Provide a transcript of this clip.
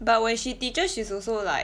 but when she teaches she's also like